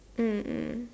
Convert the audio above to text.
mm mm